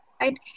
right